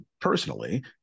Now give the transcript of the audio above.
personally